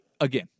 again